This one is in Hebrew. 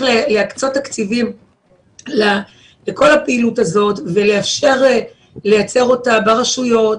להקצות תקציבים לכל הפעילות הזאת ולאפשר לייצר אותה ברשויות.